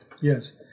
Yes